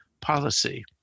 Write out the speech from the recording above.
policy